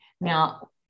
now